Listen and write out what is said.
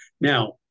Now